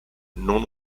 non